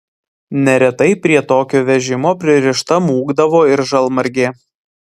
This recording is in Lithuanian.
neretai prie tokio vežimo pririšta mūkdavo ir žalmargė